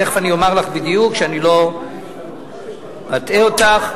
תיכף אני אומר לך בדיוק, שאני לא אטעה אותך.